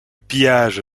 pillage